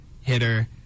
hitter